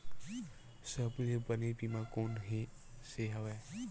सबले बने बीमा कोन से हवय?